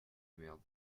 merdre